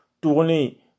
tourner